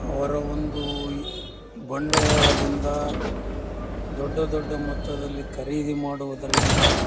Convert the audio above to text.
ಅವರ ಒಂದು ಬಂಡವಾಳದಿಂದ ದೊಡ್ಡ ದೊಡ್ಡ ಮೊತ್ತದಲ್ಲಿ ಖರೀದಿ ಮಾಡುವುದರಿಂದ